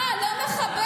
אה, לא מכבד.